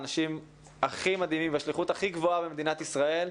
אלה אנשים הכי מדהימים וזו השליחות הכי גבוהה והכי חשובה במדינת ישראל.